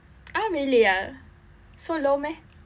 ah really ah so low meh